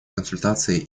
консультации